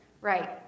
right